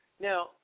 Now